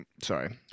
sorry